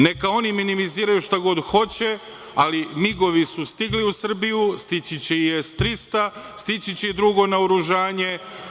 Neka oni minimiziraju šta god hoće, ali MIG-ovi su stigli u Srbiji, stići će i S-300, stići će i drugo naoružanje.